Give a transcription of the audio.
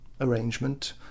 arrangement